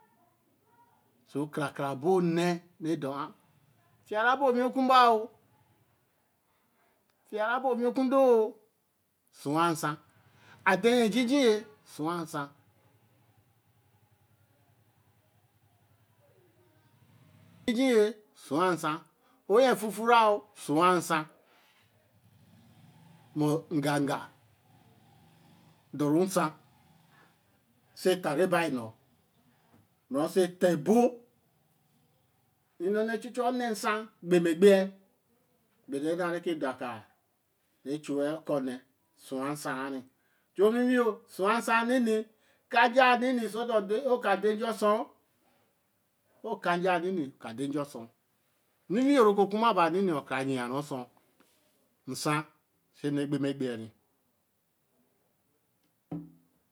so kara kara bo ne re dor er fiȳa ru abe owi ku mba fiya ru abe o wī oku odo. atan yen jiji ye swwa nsan. ō yen fu fure su wa nsan. mur nga ga doru nsan oso e ta re baī nu bara oso eta ebo ene na chu chu o ne nsan kpe ma ekpe yen. ma nu na ke do a kaa. be chu o kor ne su-wa nsan ni. chu owiwi yo su wa nsan ni. ka nja nn̄i ni so ihan o ko de nja osoōr. wo ka nj̄a n̄ni nī o ka der nja osoōr. wiwi yo ro kur ma ba nn̄i nī ka ra yan̄ yen ru osoōr. nsan se nure kpe ma ekpe yen re